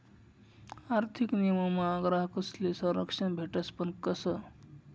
आर्थिक नियमनमा ग्राहकस्ले संरक्षण भेटस पण कशं